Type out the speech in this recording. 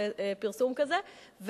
פרסום כזה,